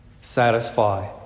satisfy